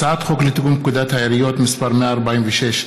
הצעת חוק לתיקון פקודת העיריות (מס' 146,